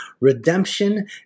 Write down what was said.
redemption